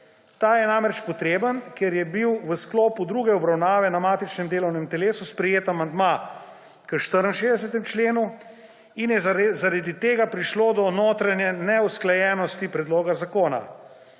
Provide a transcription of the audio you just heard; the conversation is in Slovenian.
Ta je namreč potreben, ker je bil v sklopu druge obravnave na matičnem delovnem telesu sprejet amandma k 64. členu in je zaradi tega prišlo do notranje neusklajenosti predloga zakona.